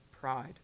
pride